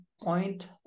point